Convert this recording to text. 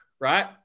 Right